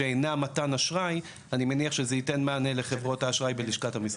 "שאינה מתן אשראי" ייתן מענה לחברות האשראי בלשכת המסחר.